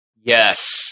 Yes